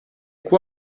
quoi